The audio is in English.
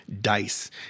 dice